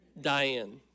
Diane